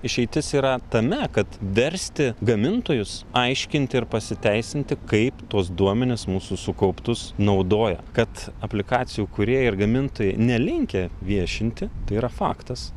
išeitis yra tame kad versti gamintojus aiškinti ir pasiteisinti kaip tuos duomenis mūsų sukauptus naudoja kad aplikacijų kūrėjai ir gamintojai nelinkę viešinti tai yra faktas